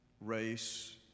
race